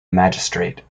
magistrate